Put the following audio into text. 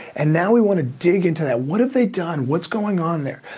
and now we wanna dig into that. what have they done, what's going on there?